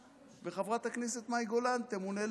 וחברת הכנסת מאי גולן תמונה לשרה.